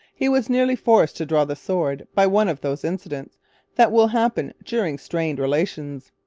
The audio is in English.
he was nearly forced to draw the sword by one of those incidents that will happen during strained relations.